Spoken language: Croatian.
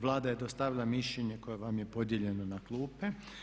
Vlada je dostavila mišljenje koje vam je podijeljeno na klupe.